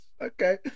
Okay